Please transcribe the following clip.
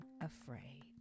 afraid